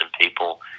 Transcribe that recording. people